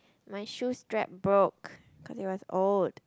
my shoe strap broke cause they were old